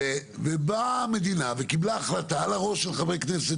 ובאה המדינה וקיבלה החלטה על הראש של חברי כנסת,